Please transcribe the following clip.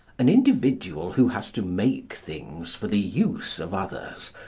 an individual who has to make things for the use of others,